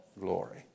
glory